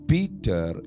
Peter